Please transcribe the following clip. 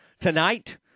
tonight